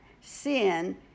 sin